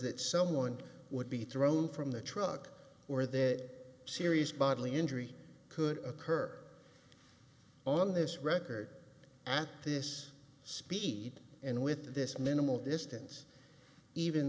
that someone would be thrown from the truck or that serious bodily injury could occur on this record at this speed and with this minimal distance even